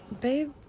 Babe